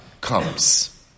comes